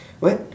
what